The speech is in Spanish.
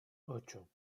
ocho